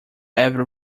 ever